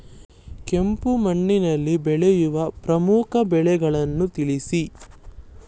ಕೆಂಪು ಮಣ್ಣಿನಲ್ಲಿ ಬೆಳೆಯುವ ಪ್ರಮುಖ ಬೆಳೆಗಳನ್ನು ತಿಳಿಸಿ?